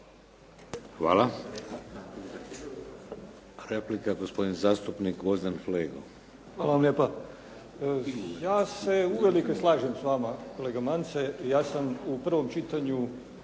Hvala. Replika gospodin zastupnik Gvozden Flego. **Flego, Gvozden Srećko (SDP)** Hvala vam lijepa. Ja se uvelike slažem s vama kolega Mance. Ja sam u prvom čitanju